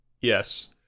Yes